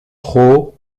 trop